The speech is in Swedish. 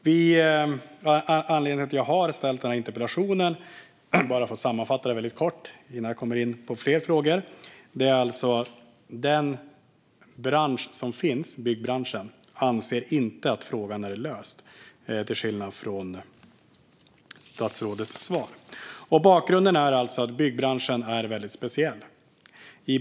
Anledningen till att jag har ställt den här interpellationen - bara för att sammanfatta väldigt kort innan jag kommer in på fler frågor - är att byggbranschen inte anser att frågan är löst, till skillnad från vad statsrådet säger i sitt svar. Bakgrunden är att byggbranschen är väldigt speciell.